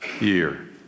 year